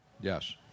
Yes